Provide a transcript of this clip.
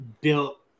built